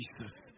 Jesus